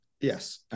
Yes